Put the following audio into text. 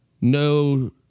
no